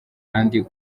kdi